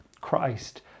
Christ